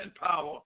power